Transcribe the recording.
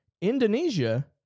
Indonesia